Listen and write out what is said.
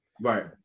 Right